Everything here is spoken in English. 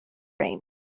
rain